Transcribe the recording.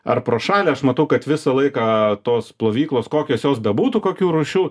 ar pro šalį aš matau kad visą laiką tos plovyklos kokios jos bebūtų kokių rūšių